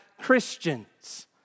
Christians